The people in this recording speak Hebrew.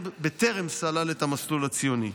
בטרם סלל את המסלול הציוני.